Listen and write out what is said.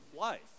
life